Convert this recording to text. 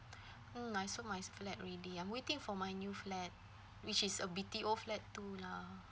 mm I sold my flat already I'm waiting for my new flat which is a BTO flat too lah